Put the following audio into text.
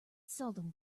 seldom